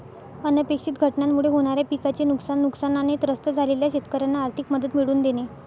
अनपेक्षित घटनांमुळे होणाऱ्या पिकाचे नुकसान, नुकसानाने त्रस्त झालेल्या शेतकऱ्यांना आर्थिक मदत मिळवून देणे